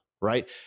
right